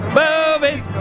movies